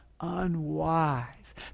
unwise